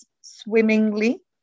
swimmingly